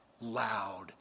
Loud